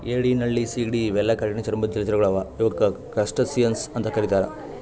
ಏಡಿ ನಳ್ಳಿ ಸೀಗಡಿ ಇವೆಲ್ಲಾ ಕಠಿಣ್ ಚರ್ಮದ್ದ್ ಜಲಚರಗೊಳ್ ಅವಾ ಇವಕ್ಕ್ ಕ್ರಸ್ಟಸಿಯನ್ಸ್ ಅಂತಾ ಕರಿತಾರ್